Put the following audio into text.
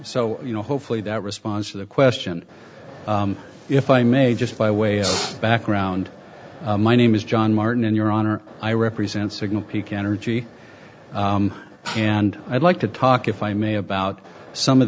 so you know hopefully that response to the question if i may just by way of background my name is john martin and your honor i represent signal peak energy and i'd like to talk if i may have about some of